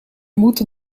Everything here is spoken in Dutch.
moeten